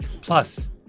Plus